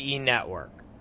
Network